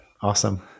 Awesome